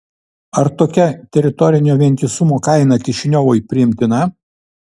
ar tokia teritorinio vientisumo kaina kišiniovui priimtina